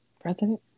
President